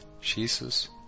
Jesus